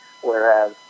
whereas